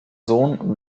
sohn